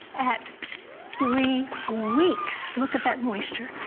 at three weeks! look at that moisture,